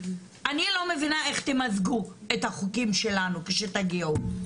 אני לא מבינה איך תמזגו את החוקים שלנו כשתגיעו לזה,